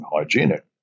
hygienic